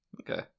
Okay